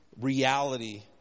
reality